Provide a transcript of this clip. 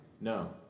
No